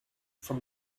from